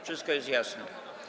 Wszystko jest jasne.